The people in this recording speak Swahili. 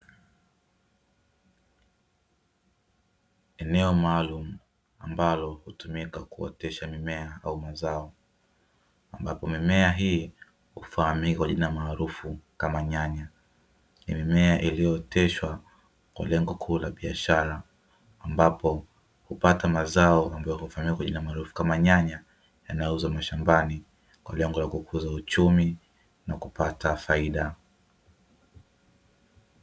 Eneo maalumu ambalo hutumika kuotesha mimea au mazao, ambapo mimea hii kufahamika kwa jina maarufu kama nyanya, ni mimea iliyoteshwa kwa lengo kuu la biashara ambapo hupata mazao yajulikanayo kama nyanya, yanayouzwa mashambani waliongozwa uchumi na kupata faida .